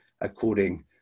according